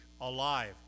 alive